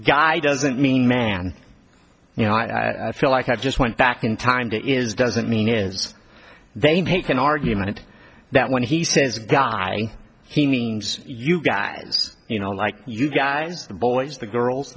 guy doesn't mean man you know i feel like i just went back in time that is doesn't mean is they make an argument that when he says guy he means you guys you know like you guys the boys the girls